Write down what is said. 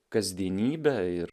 kasdienybe ir